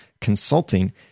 consulting